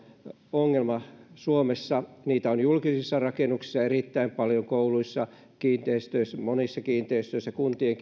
ongelma suomessa niitä on julkisissa rakennuksissa erittäin paljon kouluissa monissa kiinteistöissä niin kuntien